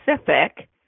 specific